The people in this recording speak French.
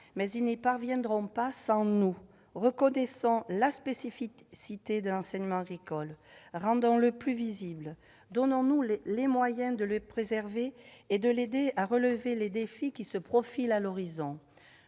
mais elles n'y parviendront pas sans nous ! Reconnaissons la spécificité de l'enseignement agricole, rendons-le plus visible, donnons-nous les moyens de le préserver et de l'aider à relever les défis qui se profilent à l'horizon.